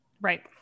Right